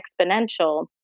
exponential